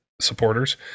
supporters